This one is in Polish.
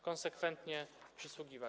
konsekwentnie przysługiwać.